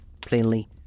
Plainly